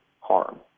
harm